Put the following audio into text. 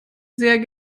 sehr